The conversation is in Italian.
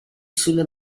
sulle